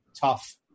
tough